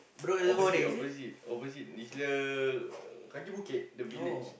opposite opposite opposite is the Kaki-Bukit the village